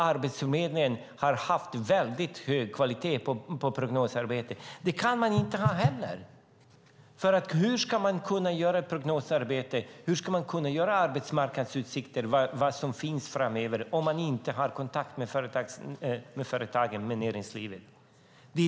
Arbetsförmedlingen har haft väldigt hög kvalitet på prognosarbetet. Det kan man inte heller ha, för hur ska man kunna göra prognosarbete och arbetsmarknadsutsikter - se vad som finns framöver - om man inte har kontakt med företagen och näringslivet?